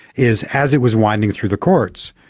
is as it was winding through the courts,